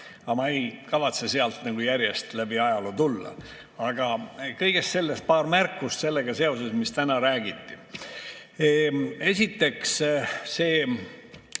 Aga ma ei kavatse sealt järjest läbi ajaloo tulla. Teen paar märkust sellega seoses, mis täna räägiti. Esiteks,